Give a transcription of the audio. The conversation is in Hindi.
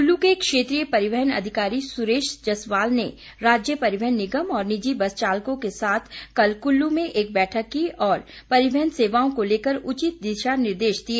कुल्लू के क्षेत्रीय परिवहन अधिकारी सुरेश जस्वाल ने राज्य परिवहन निगम और निजी बस चालकों के साथ कल कुल्लू में एक बैठक की और परिवहन सेवाओं को लेकर उचित दिशानिर्देश दिए